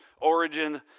origin